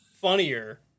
funnier